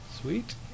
Sweet